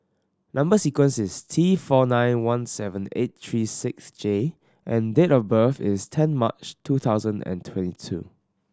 number sequence is T four nine one seven eight three six J and date of birth is ten March two thousand and twenty two